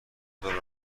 دلار